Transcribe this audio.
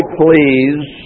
please